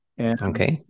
Okay